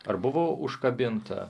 ar buvo užkabinta